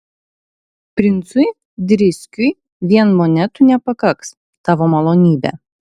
princui driskiui vien monetų nepakaks tavo malonybe